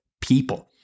people